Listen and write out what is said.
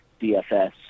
DFS